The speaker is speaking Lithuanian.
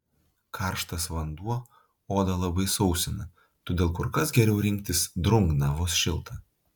karštas vanduo odą labai sausina todėl kur kas geriau rinktis drungną vos šiltą